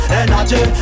energy